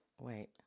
Wait